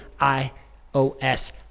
iOS